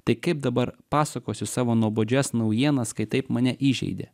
tai kaip dabar pasakosiu savo nuobodžias naujienas kai taip mane įžeidė